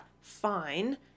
fine